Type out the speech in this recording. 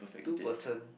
two person